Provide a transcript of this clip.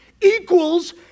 equals